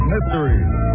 Mysteries